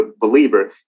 believer